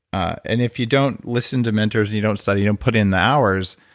and if you don't listen to mentors and you don't study, you don't put in the hours,